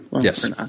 Yes